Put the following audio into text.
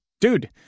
Dude